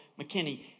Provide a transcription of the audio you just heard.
McKinney